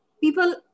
People